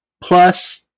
plus